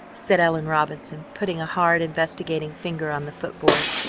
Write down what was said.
said ellen robinson, putting a hard, investigating finger on the foot-board.